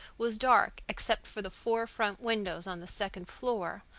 was dark except for the four front windows on the second floor,